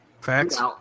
Facts